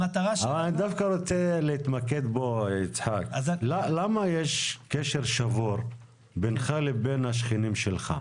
אבל אני רוצה להתמקד במשהו: למה יש קשר שבור בינך לבין השכנים שלך?